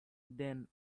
than